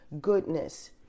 goodness